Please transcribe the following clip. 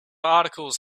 articles